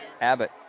Abbott